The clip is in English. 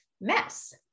mess